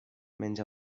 menys